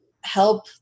help